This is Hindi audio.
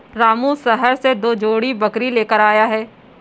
रामू शहर से दो जोड़ी बकरी लेकर आया है